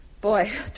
boy